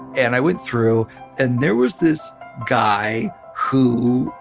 and i went through and there was this guy who.